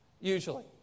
usually